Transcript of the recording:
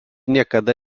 niekada